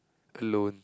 alone